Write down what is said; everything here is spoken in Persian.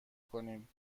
کنیم